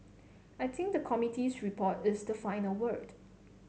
I think the committee's report is the final word